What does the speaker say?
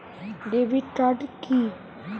Debit card কি?